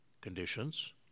conditions